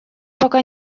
пока